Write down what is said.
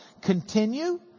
Continue